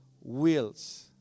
wills